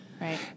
Right